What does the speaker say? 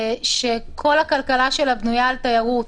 שכל הכלכלה שלה בנויה על תיירות.